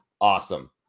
awesome